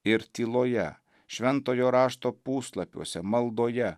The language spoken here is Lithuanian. ir tyloje šventojo rašto puslapiuose maldoje